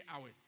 hours